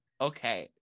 Okay